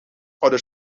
other